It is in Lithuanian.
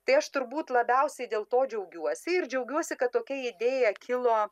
tai aš turbūt labiausiai dėl to džiaugiuosi ir džiaugiuosi kad tokia idėja kilo